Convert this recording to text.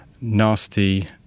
nasty